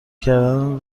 کردن